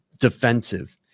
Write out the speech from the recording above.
defensive